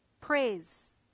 praise